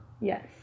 yes